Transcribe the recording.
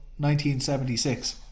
1976